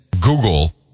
Google